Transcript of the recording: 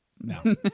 No